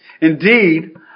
Indeed